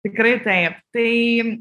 tikrai taip tai